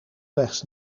slechts